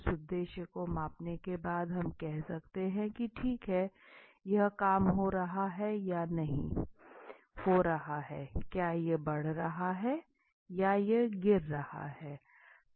इस उद्देश्य को मापने के बाद हम कह सकते हैं कि ठीक है यह काम हो रहा है या नहीं हो रहा है क्या यह बढ़ रहा है या यह गिर रहा है